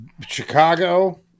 Chicago